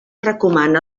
recomana